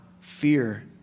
fear